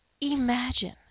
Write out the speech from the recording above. imagine